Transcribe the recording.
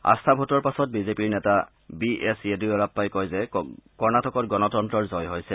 আস্থা ভোটৰ পাছত বিজেপিৰ নেতা বি এছ য়েডিয়ুৰাপ্পাই কয় যে কৰ্ণটিকত গণতন্তৰৰ জয় হৈছে